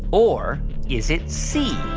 or is it c,